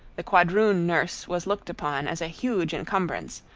the quadroon nurse was looked upon as a huge encumbrance,